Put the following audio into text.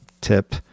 tip